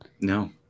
No